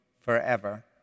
forever